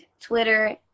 Twitter